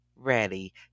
ready